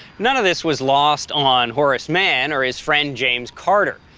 none of this was lost on horace mann, or his friend james carter.